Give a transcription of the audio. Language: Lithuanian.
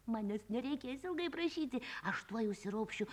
manęs nereikės ilgai prašyti aš tuoj užsiropšiu